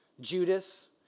Judas